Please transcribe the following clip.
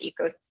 ecosystem